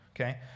okay